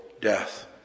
death